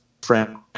friend